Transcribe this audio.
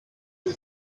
and